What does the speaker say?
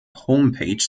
homepage